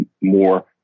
more